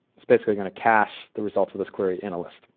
it's basically going to cache the results of this query in a list.